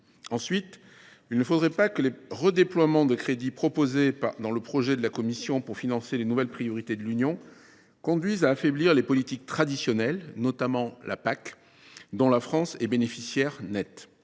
Ensuite, il ne faudrait pas que les redéploiements de crédits proposés dans le projet de la Commission européenne pour financer les nouvelles priorités de l’Union conduisent à affaiblir les politiques traditionnelles, notamment la politique agricole commune (PAC), dont la France est bénéficiaire nette.